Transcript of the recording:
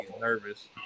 nervous